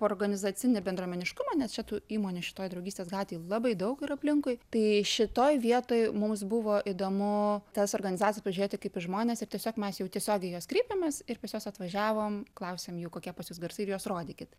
organizacinį bendruomeniškumą nes čia tų įmonių šitoj draugystės gatvėj labai daug yra aplinkui tai šitoj vietoj mums buvo įdomu tas organizacijas pažiūrėti kaip į žmones ir tiesiog mes jau tiesiogiai į juos kreipėmės ir pas juos atvažiavom klausėm jų kokie pas jus garsai ir juos rodykit